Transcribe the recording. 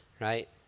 right